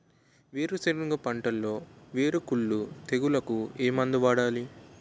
వేరుసెనగ పంటలో వేరుకుళ్ళు తెగులుకు ఏ మందు వాడాలి?